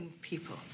people